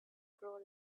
grow